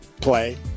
play